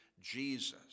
Jesus